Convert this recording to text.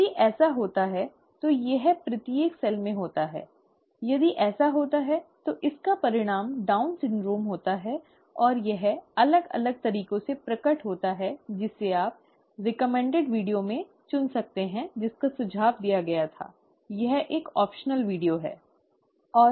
यदि ऐसा होता है तो यह प्रत्येक कोशिका में होता है यदि ऐसा होता है तो इसका परिणाम डाउन सिंड्रोम होता है और यह अलग अलग तरीकों से प्रकट होता है जिसे आप अनुशंसित वीडियो से चुन सकते हैं जिसका सुझाव दिया गया था यह एक वैकल्पिक वीडियो है